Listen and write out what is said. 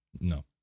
No